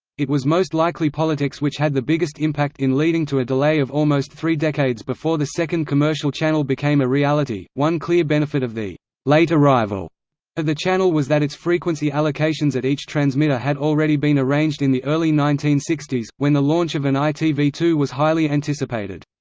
it was most likely politics which had the biggest impact in leading to a delay of almost three decades before the second commercial channel became a reality one clear benefit of the late arrival of the channel was that its frequency allocations at each transmitter had already been arranged in the early nineteen sixty s, when the launch of an i t v two was highly anticipated.